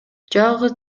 жалгыз